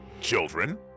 children